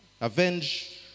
avenge